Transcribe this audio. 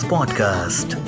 Podcast